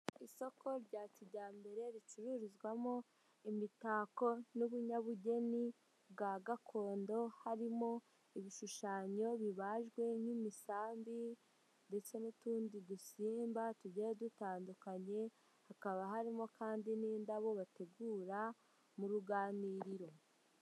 Isoko rya kijyambere ricururizwamo imitako n'ubunyabugeni bwa gakondo, harimo ibishushanyo bibajwe nk'imisambi ndetse n'utundi dusimba tugiye dutandukanye, hakaba harimo kandi n'indabo bategura mu ruganiriro.